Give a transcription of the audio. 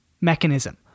mechanism